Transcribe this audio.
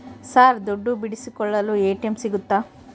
Sir ದುಡ್ಡು ಬಿಡಿಸಿಕೊಳ್ಳಲು ATM ಸಿಗುತ್ತಾ?